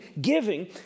giving